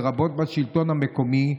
לרבות בשלטון המקומי,